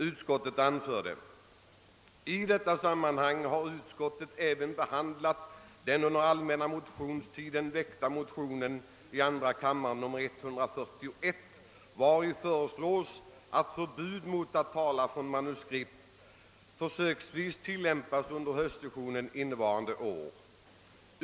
Utskottet anförde ———: I detta sammanhag har utskottet även behandlat den under allmänna motionstiden väckta motionen II: 141 ——— vari föreslås att förbud mot att tala från manuskript skall försöksvis tillämpas under höstsessionen innevarande år.